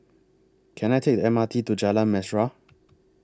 Can I Take M R T to Jalan Mesra